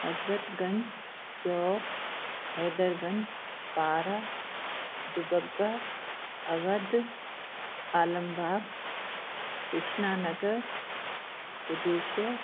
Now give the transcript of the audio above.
हज़रत गंज चौक हैदर गंज पारां दुबग्गा अवध आलमबाग कृष्णा नगर बुधेश्वर